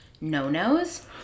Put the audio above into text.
no-nos